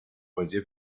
بازی